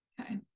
okay